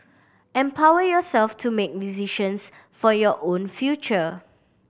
empower yourself to make decisions for your own future